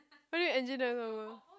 what do you mean engine the convo